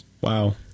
Wow